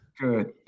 Good